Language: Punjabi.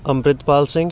ਅੰਮ੍ਰਿਤਪਾਲ ਸਿੰਘ